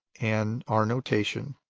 and our notation.